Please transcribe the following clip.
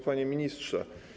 Panie Ministrze!